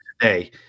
today